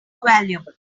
valuable